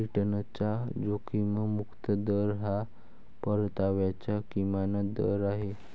रिटर्नचा जोखीम मुक्त दर हा परताव्याचा किमान दर आहे